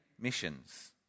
missions